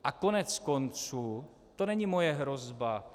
A koneckonců to není moje hrozba.